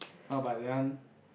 oh but that one